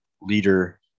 leader